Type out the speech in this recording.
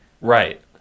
Right